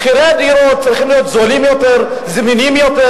להביא לכך שגם בהעדפה לנשים תהיה קודם